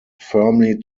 firmly